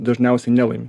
dažniausiai nelaimi